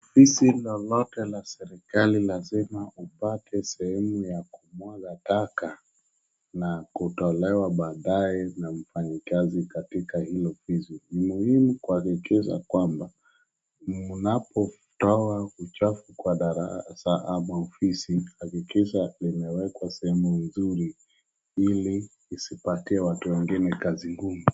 Ofisi lolote la serikali lazima upate sehemu ya kumwaga taka na kutolewa badaye na mfanyikazi katika hilo ofisi. Ni muhimu kuhakikisha kwamba, mnapotoa uchafu kwa darasa ama ofisi, hakikisha limewekwa sehemu nzuri ili lisipatie watu wengine kazi ngumu.